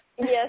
Yes